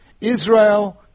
Israel